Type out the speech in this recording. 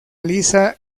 lisa